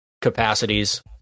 capacities